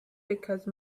because